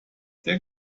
der